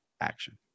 action